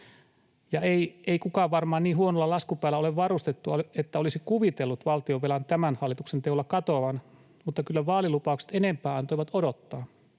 Ei kukaan varmaan niin huonolla laskupäällä ole varustettu, että olisi kuvitellut valtionvelan tämän hallituksen teoilla katoavan, mutta kyllä vaalilupaukset enempää antoivat odottaa